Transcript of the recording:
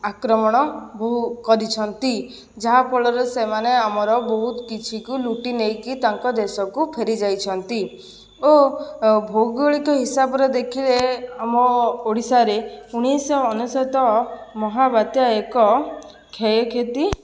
ଆକ୍ରମଣ ବହୁ କରିଛନ୍ତି ଯାହା ଫଳରେ ସେମାନେ ଆମର ବହୁତ କିଛିକୁ ଲୁଟି ନେଇକି ତାଙ୍କ ଦେଶକୁ ଫେରି ଯାଇଛନ୍ତି ଓ ଭୌଗୋଳିକ ହିସାବରେ ଦେଖିଲେ ଆମ ଓଡ଼ିଶାରେ ଉଣେଇଶଶହ ଅନେଶ୍ୱତ ମହାବାତ୍ୟା ଏକ କ୍ଷୟକ୍ଷତି